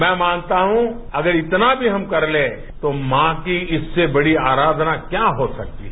मैं मानता हूं कि अगर इतना भी हम कर लें तो मां की इससे बड़ी आरषना क्या हो सकती है